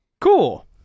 cool